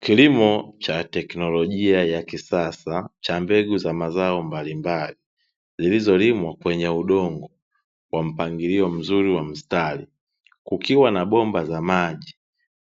Kilimo cha teknolojia ya kisasa cha mbegu za mazao mbalimbali, zilizolimwa kwenye udongo, kwa mpangilio mzuri wa mistari. Kukiwa na bomba za maji